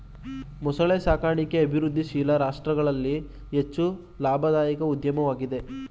ಮೊಸಳೆ ಸಾಕಣಿಕೆ ಅಭಿವೃದ್ಧಿಶೀಲ ರಾಷ್ಟ್ರಗಳಲ್ಲಿ ಹೆಚ್ಚು ಲಾಭದಾಯಕ ಉದ್ಯಮವಾಗಿದೆ